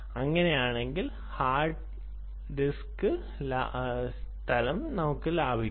അങ്ങനെയാണെങ്കിൽ hard disk ഇടം ലാഭിക്കും